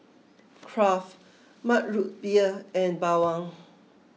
Kraft Mug Root Beer and Bawang